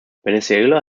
venezuela